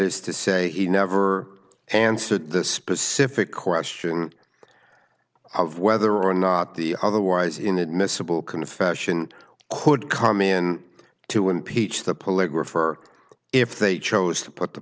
is to say he never answered the specific question of whether or not the other was inadmissible confession or could come in to impeach the political refer if they chose to put the